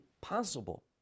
possible